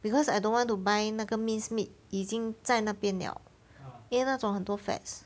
because I don't want to buy 那个 mince meat 已经在那边 liao 因为那种很多 fats